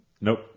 nope